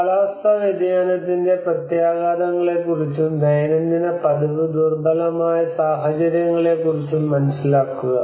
കാലാവസ്ഥാ വ്യതിയാനത്തിന്റെ പ്രത്യാഘാതങ്ങളെക്കുറിച്ചും ദൈനംദിന പതിവ് ദുർബലമായ സാഹചര്യങ്ങളെക്കുറിച്ചും മനസ്സിലാക്കുക